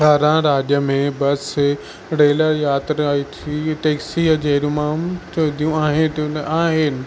थाणा राज्य में बस रेल यात्रा थी टैक्सीअ जेहाम आहिनि